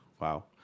Wow